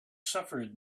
suffered